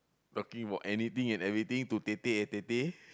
talking about anything and everything to tete-a-tete